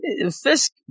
Fisk